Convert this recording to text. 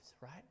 right